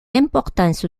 importance